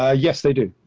ah yes they do.